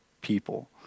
people